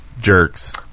jerks